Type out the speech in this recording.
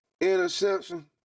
interception